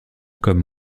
comme